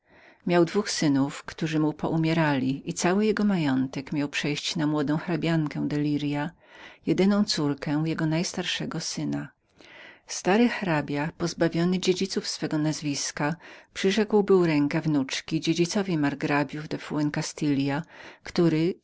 miał dwóch synów którzy mu poumierali i cały jego majątek spadał na młodą hrabiankę lirias jedyną córkę jego najstarszego syna stary hrabia pozbawiony dziedziców swego nazwiska przyrzekł był rękę wnuczki dziedzicowi margrabiów de fuen castillafuen castilla który